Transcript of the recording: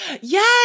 Yes